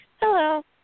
Hello